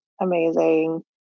amazing